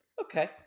okay